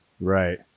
right